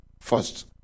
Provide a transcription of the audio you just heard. first